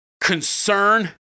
concern